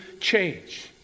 change